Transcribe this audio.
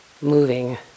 moving